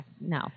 no